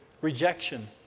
rejection